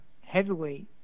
heavyweight